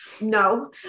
no